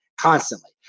constantly